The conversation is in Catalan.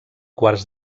quarts